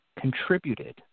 contributed